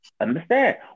Understand